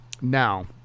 Now